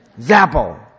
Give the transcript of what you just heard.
Zappo